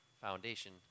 foundation